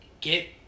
Get